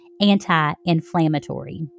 anti-inflammatory